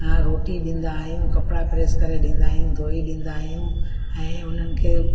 रोटी ॾींदा आहियूं कपिड़ा प्रेस करे ॾींदा आहियूं धोई ॾींदा आहियूं ऐं उन्हनि खे